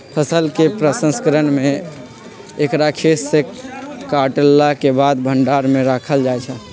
फसल के प्रसंस्करण में एकरा खेतसे काटलाके बाद भण्डार में राखल जाइ छइ